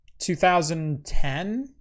2010